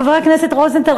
חבר הכנסת רוזנטל,